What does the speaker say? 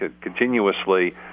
continuously